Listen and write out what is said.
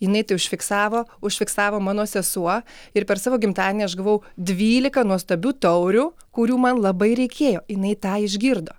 jinai tai užfiksavo užfiksavo mano sesuo ir per savo gimtadienį aš gavau dvylika nuostabių taurių kurių man labai reikėjo jinai tą išgirdo